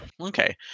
Okay